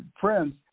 friends